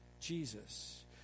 Jesus